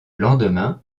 lendemain